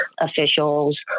officials